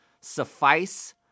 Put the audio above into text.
suffice